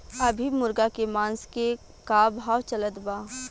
अभी मुर्गा के मांस के का भाव चलत बा?